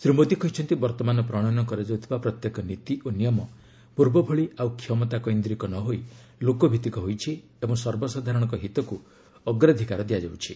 ଶ୍ରୀ ମୋଦୀ କହିଛନ୍ତି ବର୍ତ୍ତମାନ ପ୍ରଣୟନ କରାଯାଉଥିବା ପ୍ରତ୍ୟେକ ନୀତି ଓ ନିୟମ ପୂର୍ବ ଭଳି ଆଉ କ୍ଷମତା କୈନ୍ଦ୍ରିକ ନ ହୋଇ ଲୋକ ଭିତ୍ତିକ ହୋଇଛି ଓ ସର୍ବସାଧାରଣଙ୍କ ହିତକୁ ଅଗ୍ରାଧିକାର ଦିଆଯାଇଛି